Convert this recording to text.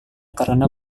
karena